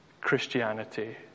Christianity